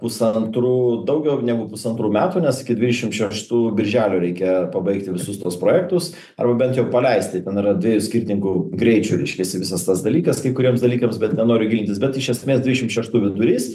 pusantrų daugiau negu pusantrų metų nes iki dvidešim šeštų birželio reikia pabaigti visus tuos projektus arba bent jau paleisti ten yra dviejų skirtingų greičių reiškiasi visas tas dalykas kai kuriems dalykams bet nenoriu gilintis bet iš esmės dvidešim šeštų vidurys